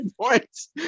points